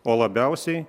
o labiausiai